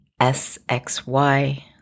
sxy